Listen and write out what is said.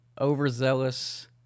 overzealous